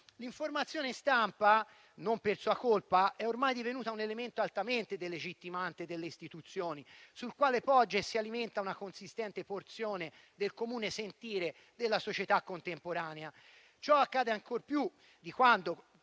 L'informazione in stampa, non per sua colpa, è ormai divenuta un elemento altamente delegittimante delle istituzioni, sul quale poggia e si alimenta una consistente porzione del comune sentire della società contemporanea. Ciò accade ancor di più quando